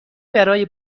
برای